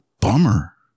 Bummer